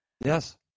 Yes